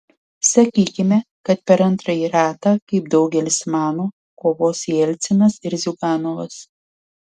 sakykime kad per antrąjį ratą kaip daugelis mano kovos jelcinas ir ziuganovas